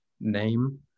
name